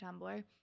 Tumblr